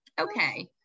Okay